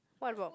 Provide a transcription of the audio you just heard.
what about